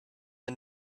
and